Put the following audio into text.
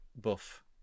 buff